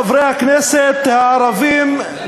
חברי הכנסת הערבים,